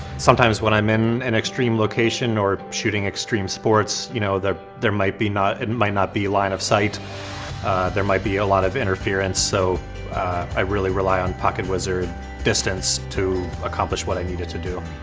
sometimes when i'm in an extreme location or shooting extreme sports you know that there might be not it might not be line-of-sight there might be a lot of interference so i really rely on pocketwizard distance to accomplish what i needed to do.